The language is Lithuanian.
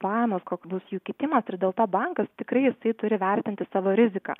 pajamos koks bus jų kitimas ir dėl to bankas tikrai jisai turi vertinti savo riziką